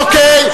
אוקיי,